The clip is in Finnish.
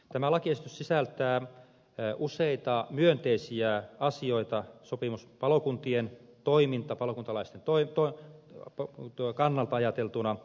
tämä lakiesitys sisältää useita myönteisiä asioita sopimuspalokuntien toiminta palokuntalaisten toipua napa sopimuspalokuntalaisten toiminnan kannalta ajateltuna